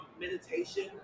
meditation